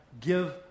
give